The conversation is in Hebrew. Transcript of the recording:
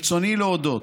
ברצוני להודות